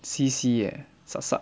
see see eh suck suck